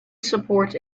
supports